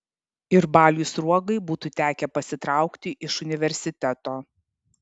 ir baliui sruogai būtų tekę pasitraukti iš universiteto